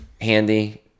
Handy